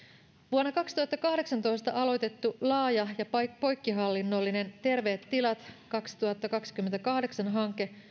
vuonna kaksituhattakahdeksantoista aloitettu laaja ja poikkihallinnollinen terveet tilat kaksituhattakaksikymmentäkahdeksan hanke